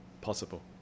possible